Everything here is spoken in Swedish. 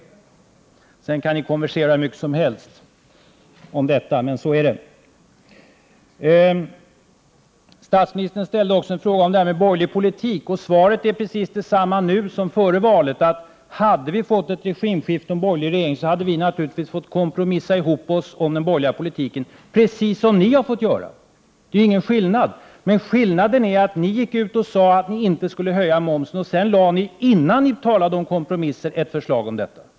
Sedan kan ni konversera hur mycket som helst där borta hos statsministern, men så är det. Statsministern ställde också en fråga om borgerlig politik. Svaret är precis detsamma nu som före valet: hade vi fått ett regimskifte och en borgerlig regering, så hade vi naturligtvis fått kompromissa ihop oss om den borgerliga politiken — precis som ni har fått göra! Den enda skillnaden är att ni gick ut och sade att ni inte skulle höja momsen och sedan — innan ni talade om kompromisser — lade fram ett förslag om detta.